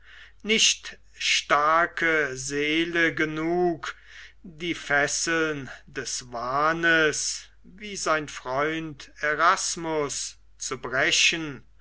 nicht starke seele genug die fesseln des wahnes wie sein freund erasmus zu brechen